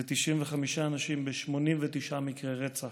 זה 95 אנשים, 89 מקרי רצח